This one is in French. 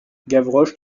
gavroche